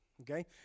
Okay